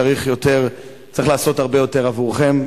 צריך לעשות הרבה יותר עבורכם.